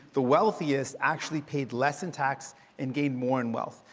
the wealthiest actually paid less in tax and gained more in wealth.